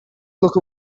look